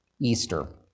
Easter